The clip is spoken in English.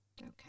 okay